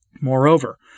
Moreover